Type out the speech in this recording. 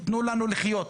תנו לנו לחיות,